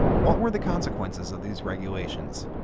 were the consequences of these regulations?